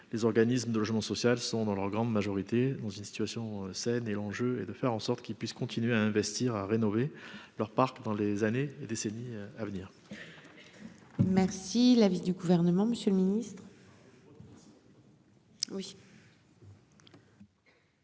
les organismes de logement social sont dans leur grande majorité, dans une situation saine et l'enjeu est de faire en sorte qu'il puisse continuer à investir à rénover leur parc dans les années et décennies à venir. Je suis très. Merci l'avis du gouvernement, Monsieur le Ministre.